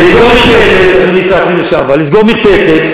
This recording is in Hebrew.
לסגור מרפסת,